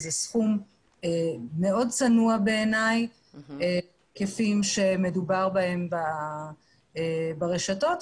שהוא סכום צנוע מאוד בהיקפים שמדובר בהם ברשתות.